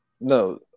No